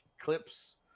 clips